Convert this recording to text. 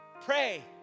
Pray